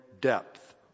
depth